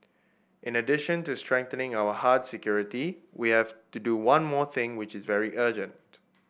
in addition to strengthening our hard security we have to do one more thing which is very urgent